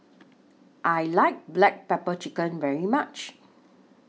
I like Black Pepper Chicken very much